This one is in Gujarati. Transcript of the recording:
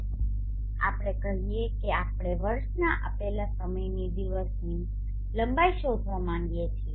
ચાલો આપણે કહીએ કે આપણે વર્ષના આપેલા સમયની દિવસની લંબાઈ શોધવા માંગીએ છીએ